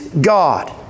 God